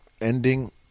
ending